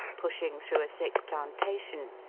pushing through a thick plantation,